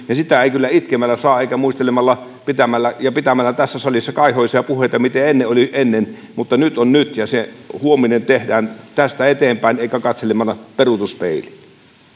ja sitä ei kyllä itkemällä saa eikä muistelemalla ja pitämällä tässä salissa kaihoisia puheita miten ennen oli ennen mutta nyt on nyt se huominen tehdään tästä eteenpäin eikä katselemalla peruutuspeiliin